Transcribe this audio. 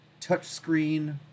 touchscreen